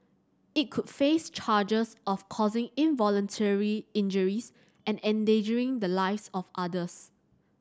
it could face charges of causing involuntary injuries and endangering the lives of others